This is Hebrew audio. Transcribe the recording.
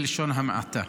בלשון המעטה,